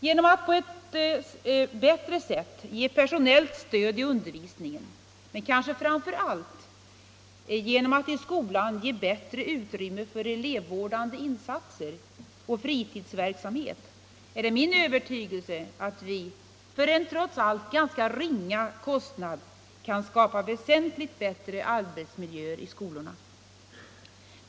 Genom att på detta sätt ge ett bättre personellt stöd i undervisningen men kanske framför allt genom att i skolan bereda bättre utrymme för elevvårdande insatser och fritidsverksamhet kan vi — det är min övertygelse — för en trots allt måttlig kostnad skapa väsentligt bättre arbetsmiljö även i skolorna.